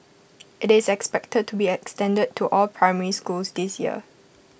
IT is expected to be extended to all primary schools this year